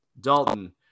Dalton